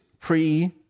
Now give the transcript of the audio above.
Pre